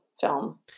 film